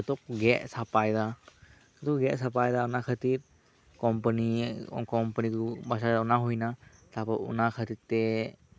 ᱡᱚᱛᱚᱠᱚ ᱜᱮᱫ ᱥᱟᱯᱷᱟᱭ ᱮᱫᱟ ᱚᱱᱟ ᱠᱷᱟᱹᱛᱤᱨ ᱠᱚᱢᱯᱟᱱᱤ ᱠᱚᱢᱯᱟᱱᱤ ᱠᱚ ᱢᱟᱡᱷᱮᱨᱮ ᱚᱱᱟ ᱦᱩᱭᱱᱟ